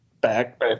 back